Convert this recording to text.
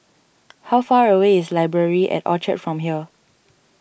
how far away is Library at Orchard from here